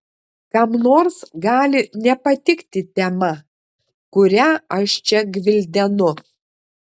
kam nors gali nepatikti tema kurią aš čia gvildenu